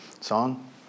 song